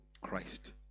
Christ